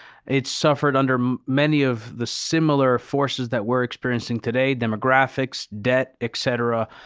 it's suffered under many of the similar forces that we're experiencing today, demographics, debt, et cetera.